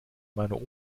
meiner